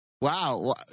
Wow